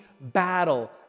battle